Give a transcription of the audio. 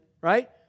right